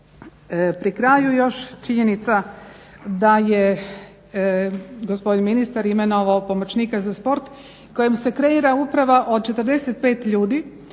pri kraju još činjenica da je gospodin ministar imenovao pomoćnika za sport kojem se kreira uprava od 45 ljudi,